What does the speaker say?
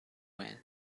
when